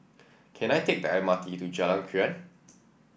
can I take the M R T to Jalan Krian